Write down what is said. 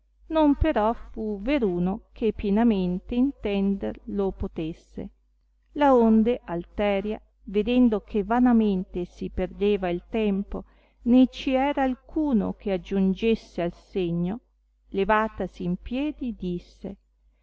non però fu veruno che pienamente intender lo potesse laonde alteria vedendo che vanamente si perdeva il tempo né ci era alcuno che aggiungesse al segno levatasi in piedi disse